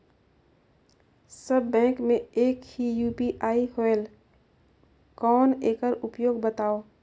सब bank मे एक ही यू.पी.आई होएल कौन एकर उपयोग बताव?